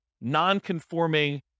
non-conforming